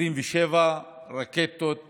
27 רקטות מעזה.